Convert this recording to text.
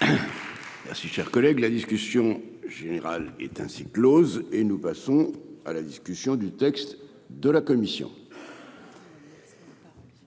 Ah si chers collègues, la discussion générale est ainsi close et nous passons à la discussion du texte de la commission. De Paris.